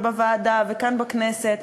בוועדה וכאן בכנסת,